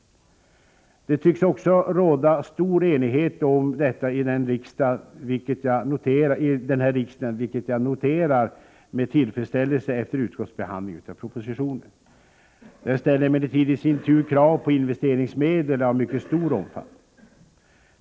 Det tycks råda stor enighet om detta i denna riksdag, vilket jag noterar med tillfredsställelse efter utskottsbehandlingen av propositionen. Detta ställer emellertid i sin tur krav på investeringsmedel av mycket stor omfattning.